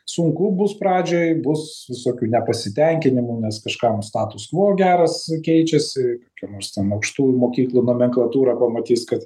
sunku bus pradžioj bus visokių nepasitenkinimų nes kažkam status kvo geras keičiasi kokia nors ten aukštųjų mokyklų nomenklatūra pamatys kad